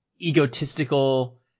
egotistical